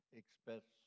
express